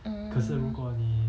mm